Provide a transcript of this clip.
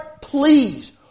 please